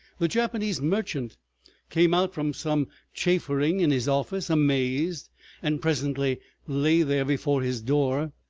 the japanese merchant came out from some chaffering in his office amazed and presently lay there before his door,